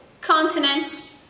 Continents